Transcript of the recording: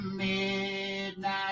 midnight